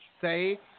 say